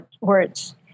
words